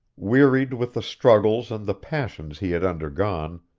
wearied with the struggles and the passions he had undergone,